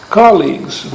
colleagues